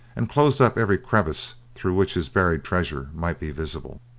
and closed up every crevice through which his buried treasure might be visible.